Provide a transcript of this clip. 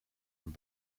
een